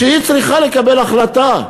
כשהיא צריכה לקבל החלטה,